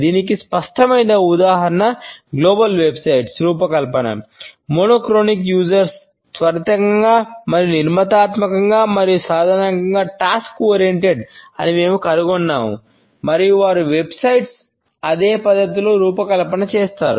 దీనికి స్పష్టమైన ఉదాహరణ గ్లోబల్ వెబ్సైట్ల అదే పద్ధతిలో రూపకల్పన చేస్తారు